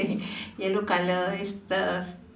yellow colour it's the